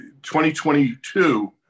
2022